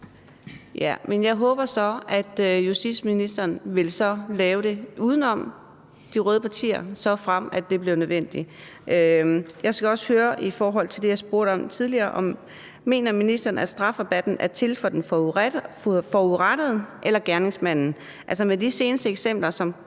jeg håber så, at justitsministeren vil lave det uden om de røde partier, såfremt det bliver nødvendigt. Jeg skal også høre om det, jeg spurgte om tidligere: Mener ministeren, at strafrabatten er til for den forurettedes skyld eller for gerningsmandens?